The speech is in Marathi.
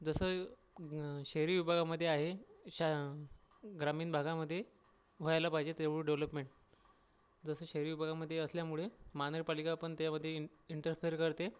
जसं शहरी विभागामधे आहे श ग्रामीण भागामध्ये व्हायला पाहिजे तेवढी डेवलपमेंट जशी शहरी विभागामध्ये असल्यामुळे महानगरपालिका पण त्यामधे इन इंटरफेअर करते